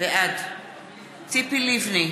בעד ציפי לבני,